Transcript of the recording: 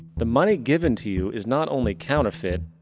the money given to you is not only counterfeit,